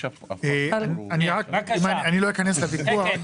אני לא אכנס לוויכוח,